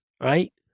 right